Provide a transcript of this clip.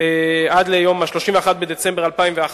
עד ליום 31 בדצמבר 2011,